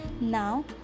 Now